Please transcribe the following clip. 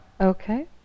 Okay